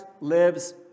lives